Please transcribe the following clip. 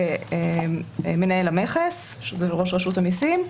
ומנהל המכס שזה ראש רשות המיסים,